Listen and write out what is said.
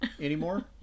anymore